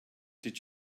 did